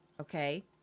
okay